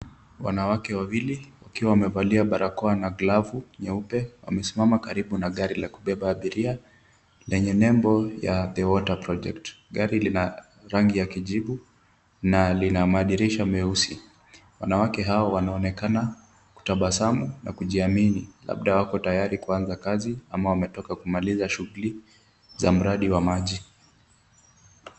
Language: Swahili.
Wanawake wawili wakiwa wamevalia barakoa na glavu nyeupe wamesimama karibu na gari la kubeba abiria lenye nembo ya The Water Project . Gari lina rangi ya kijivu na lina madirisha meusi. Wanawake hawa wanaonekana kutabasamu na kujiamini labda wako tayari kuanza kazi ama wametoka kumaliza shughuli za mradi wa maji.